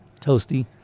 toasty